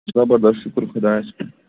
زَبَردَس شُکُر خۅدایَس کُن